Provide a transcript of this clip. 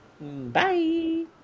Bye